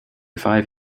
five